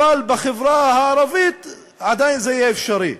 אבל בחברה הערבית זה עדיין יהיה אפשרי.